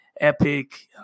epic